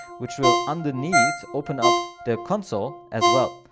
which will underneath open up the console as well.